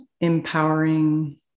empowering